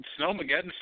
Snowmageddon